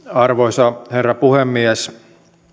arvoisa herra puhemies